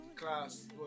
class